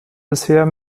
bisher